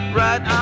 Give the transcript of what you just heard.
right